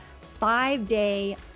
five-day